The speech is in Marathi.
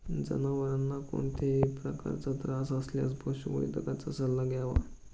जनावरांना कोणत्याही प्रकारचा त्रास असल्यास पशुवैद्यकाचा सल्ला घ्यावा